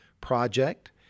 Project